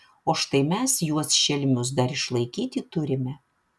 o štai mes juos šelmius dar išlaikyti turime